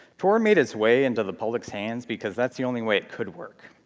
tor made its way into the public's hands because that's the only way it could work.